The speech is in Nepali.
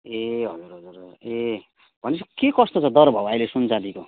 ए हजुर हजुर हजुर ए भनेपछि के कस्तो छ दर भाउ अहिले सुन चाँदीको